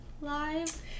live